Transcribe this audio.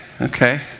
okay